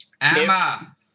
Emma